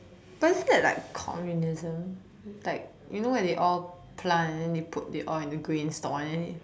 but isn't it like communism like you know when they all plant and then they put the oil in the greens on it